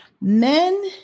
Men